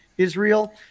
Israel